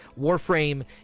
Warframe